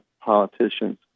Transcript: politicians